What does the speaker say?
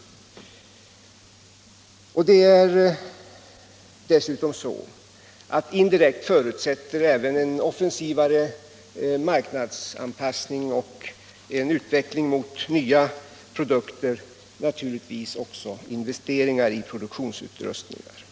Indirekt = Vissa industri och förutsätter en offensivare marknadsanpassning och en utveckling mot = sysselsättningsstinya produkter naturligtvis också investeringar i produktionsutrust = mulerande åtgärningen. der, m.m.